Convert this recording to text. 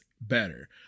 better